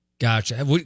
Gotcha